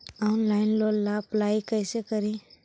Online loan ला apply कैसे करी?